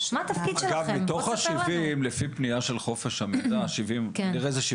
אגב, מתוך ה-70, לפי פנייה של חופש המידע זה 75,